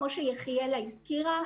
כמו שיחיאלה הזכירה,